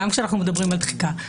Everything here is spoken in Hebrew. גם כשאנחנו מדברים על התחיקה,